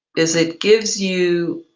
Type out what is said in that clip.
is it gives you